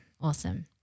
awesome